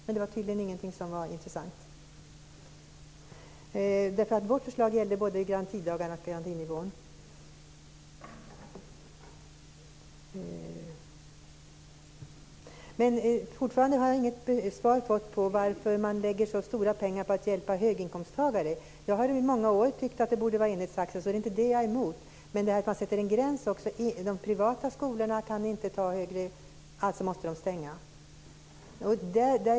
Men det var tydligen ingenting som var intressant. Vårt förslag gällde både ersättningen för garantidagarna och garantinivån. Jag har fortfarande inte fått något svar på varför man lägger så stora pengar på att hjälpa höginkomsttagare. Jag har i många år tyckt att det borde vara enhetstaxa. Det är inte det jag är emot. Men man sätter ju en gräns också. De privata skolorna kan inte ta högre avgifter - alltså måste de stänga.